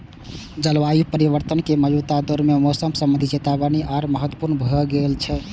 जलवायु परिवर्तन के मौजूदा दौर मे मौसम संबंधी चेतावनी आर महत्वपूर्ण भए गेल छै